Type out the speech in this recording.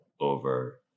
over